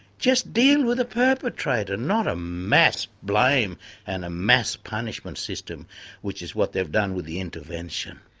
just deal with the perpetrator, not a mass blame and a mass punishment system which is what they've done with the intervention.